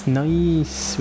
nice